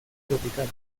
tropical